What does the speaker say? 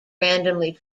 randomly